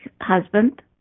husband